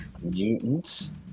Mutants